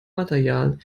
material